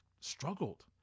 struggled